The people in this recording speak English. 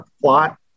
plot